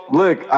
look